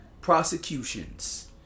prosecutions